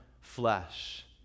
flesh